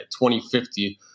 2050